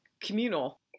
communal